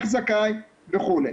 איך זכאי וכולי.